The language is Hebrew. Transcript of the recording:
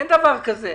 אין דבר כזה.